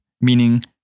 meaning